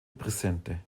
presente